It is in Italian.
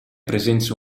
presenze